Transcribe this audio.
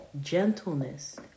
gentleness